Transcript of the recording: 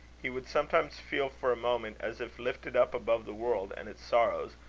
he would sometimes feel for a moment as if lifted up above the world and its sorrows,